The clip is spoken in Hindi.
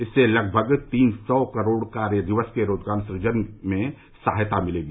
इससे लगभग तीन सौ करोड़ कार्य दिवस के रोजगार सृजन में सहायता मिलेगी